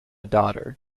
daughter